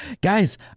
Guys